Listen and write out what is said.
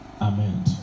Amen